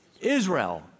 Israel